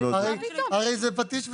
הרי זה פטיש וסדן.